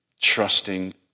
trusting